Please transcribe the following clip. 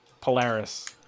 Polaris